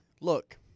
Look